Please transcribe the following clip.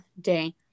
day